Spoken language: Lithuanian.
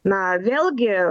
na vėlgi